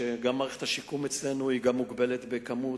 שגם מערכת השיקום אצלנו היא מוגבלת בכמות.